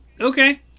Okay